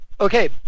okay